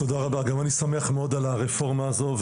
תודה רבה, גם אני שמח מאוד על הרפורמה הזו.